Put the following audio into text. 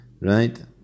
right